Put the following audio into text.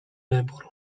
wybór